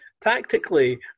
tactically